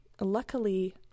luckily